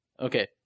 Okay